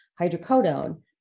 hydrocodone